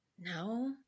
No